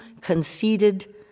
conceded